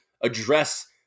address